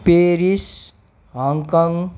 Paris Hong Kong